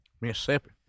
Mississippi